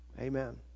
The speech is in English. Amen